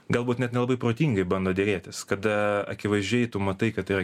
galbūt net nelabai protingai bando derėtis kada akivaizdžiai tu matai kad yra